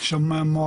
יש שם מועדון,